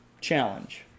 challenge